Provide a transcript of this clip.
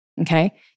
Okay